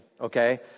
Okay